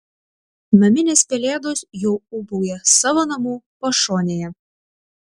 naminės pelėdos jau ūbauja savo namų pašonėje